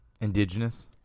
indigenous